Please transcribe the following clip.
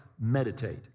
meditate